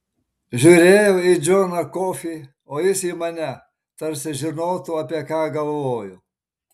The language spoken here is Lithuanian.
žiūrėjau į džoną kofį o jis į mane tarsi žinotų apie ką galvoju